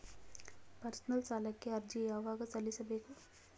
Personal ಸಾಲಕ್ಕೆ ಅರ್ಜಿ ಯವಾಗ ಸಲ್ಲಿಸಬೇಕು?